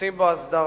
ועושים בו הסדרה.